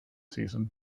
season